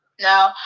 No